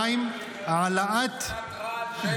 מכונת רעל שאין דומה לה --- 2.